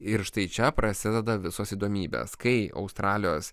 ir štai čia prasideda visos įdomybės kai australijos